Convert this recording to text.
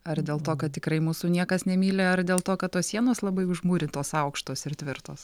ar dėl to kad tikrai mūsų niekas nemyli ar dėl to kad tos sienos labai užmūrytos aukštos ir tvirtos